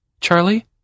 Charlie